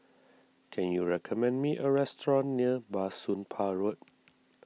can you recommend me a restaurant near Bah Soon Pah Road